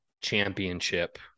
championship